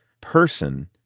person